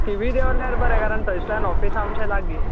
थिवी देवल्यार बरें कारण थंयसल्यान ऑफिस आमचें लागीं